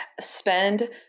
spend